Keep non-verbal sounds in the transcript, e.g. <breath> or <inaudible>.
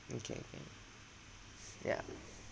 okay can yup <breath>